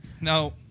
No